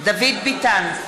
דוד ביטן,